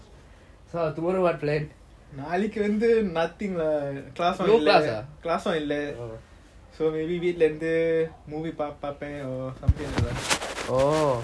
நாளைக்கி வந்து:nalaiki vanthu nothing lah class லாம் இல்ல:lam illa class லாம் இல்ல:lam illa so maybe வீட்டுல இருந்து:veetula irunthu movie பாப்பான்:papan or something like that